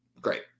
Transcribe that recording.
Great